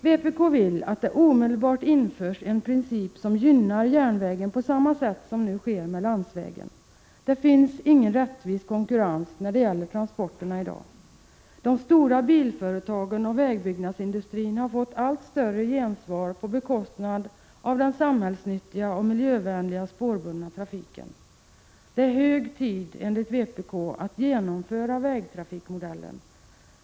Vpk vill att det omedelbart införs en princip som gynnar järnvägen på samma sätt som landsvägen nu. Det finns ingen rättvis konkurrens i fråga om transporterna i dag. De stora bilföretagen och vägbyggnadsindustrin har fått | allt större gensvar på bekostnad av den samhällsnyttiga och miljövänliga spårbundna trafiken. Det är enligt vpk hög tid att genomföra ”vägtrafikmodellen”.